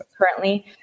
currently